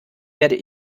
werde